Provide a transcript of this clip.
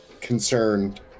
Concerned